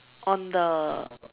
on the